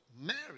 Mary